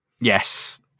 Yes